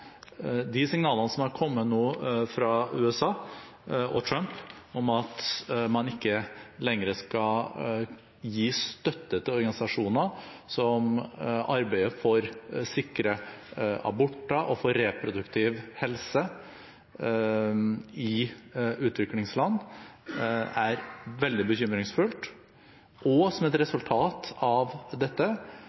De signalene som har kommet nå fra USA og Trump om at man ikke lenger skal gi støtte til organisasjoner som arbeider for sikre aborter og for reproduktiv helse i utviklingsland, er veldig bekymringsfulle. Som et resultat av dette